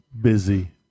busy